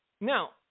Now